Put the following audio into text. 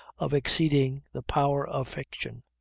of exceeding the power of fiction.